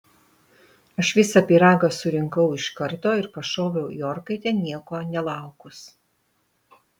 aš visą pyragą surinkau iš karto ir pašoviau į orkaitę nieko nelaukus